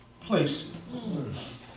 places